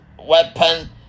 weapon